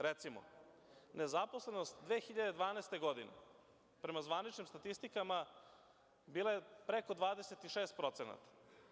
Recimo, nezaposlenost 2012. godine, prema zvaničnim statistikama bila je preko 26%, možda i veća.